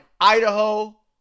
Idaho